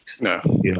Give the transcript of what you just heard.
No